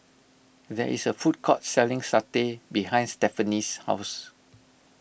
there is a food court selling Satay behind Stephany's house